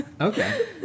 okay